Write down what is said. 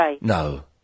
No